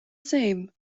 same